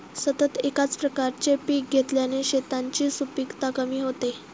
सतत एकाच प्रकारचे पीक घेतल्याने शेतांची सुपीकता कमी होते